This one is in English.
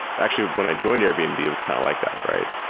actually, when i joined airbnb, yeah it was kind of like that, right?